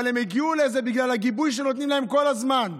אבל הם הגיעו לזה בגלל הגיבוי שנותנים להם כל הזמן.